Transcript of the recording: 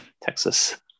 Texas